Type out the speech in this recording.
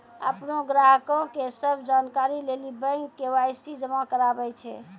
अपनो ग्राहको के सभ जानकारी लेली बैंक के.वाई.सी जमा कराबै छै